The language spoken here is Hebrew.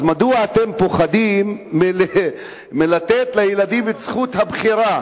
אז מדוע אתם פוחדים מלתת לילדים את זכות הבחירה?